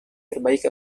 terbaik